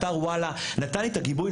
אתר וואלה נתן לי את הגיבוי,